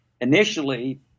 initially